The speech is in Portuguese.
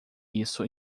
isso